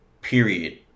period